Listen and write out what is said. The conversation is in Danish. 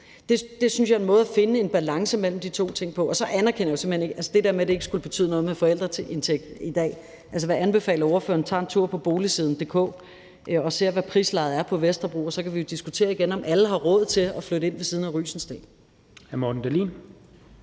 jeg er en måde at finde en balance mellem de to ting på. Og så anerkender jeg simpelt hen ikke det der med, at det ikke skulle betyde noget med forældrenes indtægt i dag. Jeg vil anbefale, at ordføreren tager en tur på boligsiden.dk og ser, hvad prislejet på Vesterbro er, og så kan vi jo diskutere igen, om alle har råd til at flytte ind ved siden af Rysensteen